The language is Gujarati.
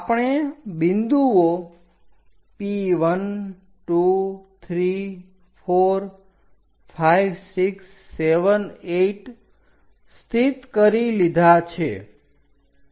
આપણે બિંદુઓ P12345678 સ્થિત કરી લીધા છે